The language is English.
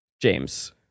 James